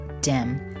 dim